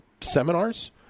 seminars